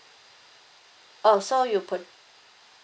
oh so you put